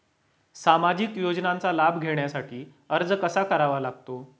सामाजिक योजनांचा लाभ घेण्यासाठी अर्ज कसा करावा लागतो?